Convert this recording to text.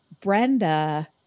Brenda